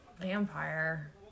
vampire